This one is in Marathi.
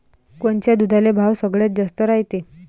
कोनच्या दुधाले भाव सगळ्यात जास्त रायते?